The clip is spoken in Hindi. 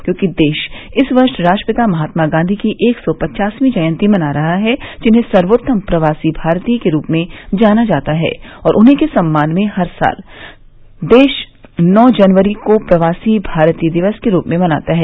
क्योंकि देश इस वर्ष राष्ट्रपिता महात्मा गांधी की एक सौ पचासवीं जयंती मना रहा है जिन्हें सर्वोत्तम प्रवासी भारतीय के रूप में जाना जाता है और उन्हीं के सम्मान में हर साल देश नौ जनवरी को प्रवासी भारतीय दिवस के रूप में मनाता है